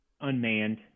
unmanned